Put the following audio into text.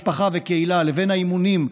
משפחה וקהילה לבין האימונים,